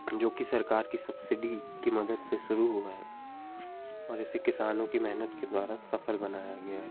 जोकि सरकार की सब्सिडी की मदद से शुरू हुआ है और जैसे किसानों की मेहनत के द्वारा सफल बनाया गया है